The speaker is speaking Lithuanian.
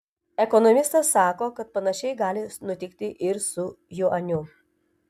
ekonomistas sako kad panašiai gali nutikti ir su juaniu